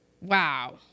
Wow